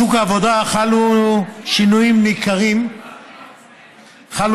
בשוק העבודה חלו שינויים ניכרים בתנאים